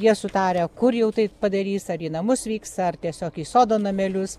jie sutarę kur jau tai padarys ar į namus vyks ar tiesiog į sodo namelius